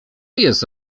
jest